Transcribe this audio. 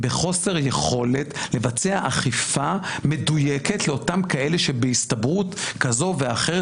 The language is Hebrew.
בחוסר יכולת לבצע אכיפה מדויקת לאותם כאלה שבהסתברות כזו ואחרת